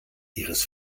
ihres